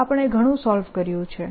આ આપણે ઘણું સોલ્વ કર્યું છે